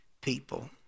people